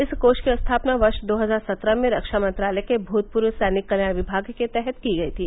इस कोष की स्थापना वर्ष दो हजार सत्रह में रक्षा मंत्रालय के भूतपूर्व सैनिक कल्याण विभाग के तहत की गई थी